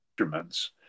instruments